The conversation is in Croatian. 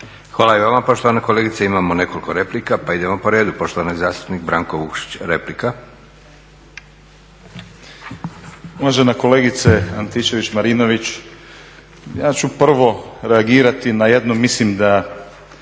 Hvala i vama poštovana kolegice. Imamo nekoliko replika pa idemo po redu. Poštovani zastupnik Branko Vukšić, replika. **Vukšić, Branko (Nezavisni)** Uvažena kolegice Antičević-Marinović ja ću prvo reagirati na jedno, mislim da